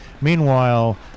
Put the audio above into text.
Meanwhile